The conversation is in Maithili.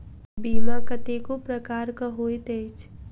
बीमा कतेको प्रकारक होइत अछि